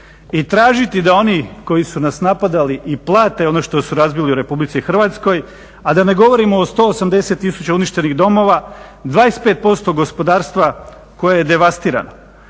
i tražiti da oni koji su nas napadali i plate ono što su razbili u Republici Hrvatskoj. A da ne govorimo o 180 tisuća uništenih domova, 25% gospodarstva koje je devastirano.